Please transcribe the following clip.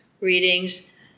readings